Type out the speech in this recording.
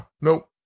nope